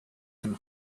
can